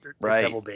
right